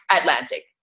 Atlantic